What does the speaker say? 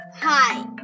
Hi